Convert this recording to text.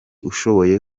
ushoboye